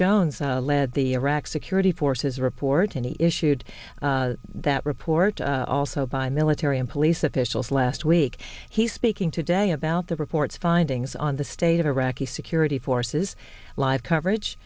jones led the iraq security forces report and he issued that report also by military and police officials last week he's speaking today about the report's findings on the state of iraqi security forces live coverage